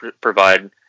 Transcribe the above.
provide